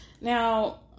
Now